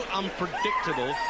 unpredictable